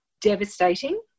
devastating